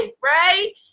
right